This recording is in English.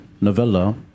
novella